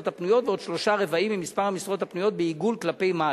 הפנויות ועוד שלושה-רבעים ממספר המשרות הפנויות בעיגול כלפי מעלה.